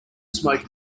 smoke